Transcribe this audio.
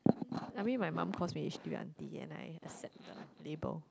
I mean my mum calls me h_d_b auntie and I accept the label